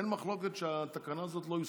אין מחלוקת שהתקנה הזאת לא יושמה.